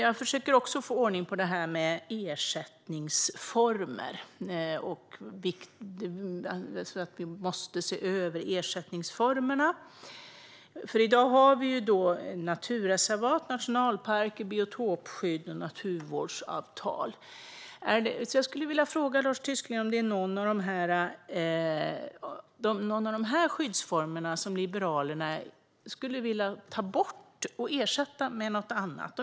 Jag försöker också få ordning på detta med ersättningsformerna och att de måste ses över. I dag har vi naturreservat, nationalparker, biotopskydd och naturvårdsavtal. Är det någon av dessa skyddsformer som Liberalerna vill ta bort och ersätta med något annat?